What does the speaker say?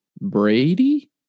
Brady